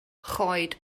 choed